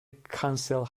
council